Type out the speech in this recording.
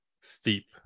steep